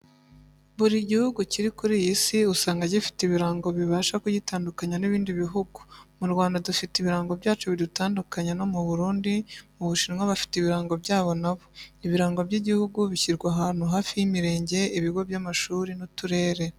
Buri gihugu kiri kuri iyi Si usanga gifite ibirango bibasha kugitandukanya n'ibindi bihugu. Mu Rwanda dufite ibirango byacu bidutandukanya no mu Burundi, mu Bushinwa bafite ibirango byabo nabo. Ibirango by'igihugu bishyirwa ahantu hafi y'imirenge, ibigo by'amashuri n'uturere.